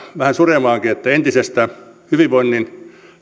vähän suremaankin että entisestä hyvinvoinnin